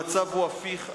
המצב הוא הפיך.